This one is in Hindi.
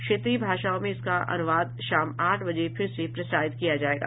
क्षेत्रीय भाषाओं में इसका अनुवाद शाम आठ बजे फिर से प्रसारित किया जायेगा